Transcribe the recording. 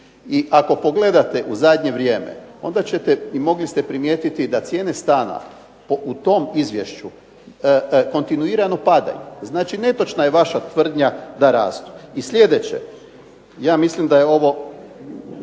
I ako pogledate u zadnje vrijeme onda ćete i mogli ste primijetiti da cijene stana u tom izvješću kontinuirano padaju. Znači netočna je vaša tvrdnja da rastu. I sljedeće, ja mislim da je ovo